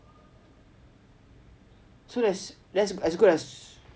so that's as good as